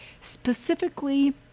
specifically